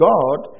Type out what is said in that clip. God